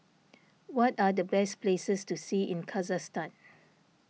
what are the best places to see in Kazakhstan